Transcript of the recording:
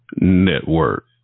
Network